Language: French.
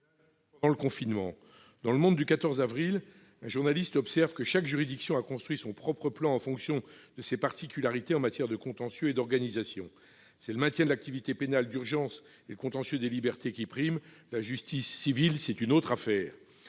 pendant le confinement. Dans du 14 avril, un journaliste observe que chaque juridiction a construit son propre plan en fonction de ses particularités en matière de contentieux et d'organisation. C'est le maintien de l'activité pénale d'urgence et le contentieux des libertés qui prime. La justice civile, c'est une autre affaire